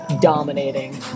dominating